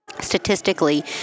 statistically